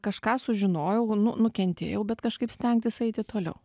kažką sužinojau nu nukentėjau bet kažkaip stengtis eiti toliau